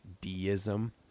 deism